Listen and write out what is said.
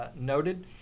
Noted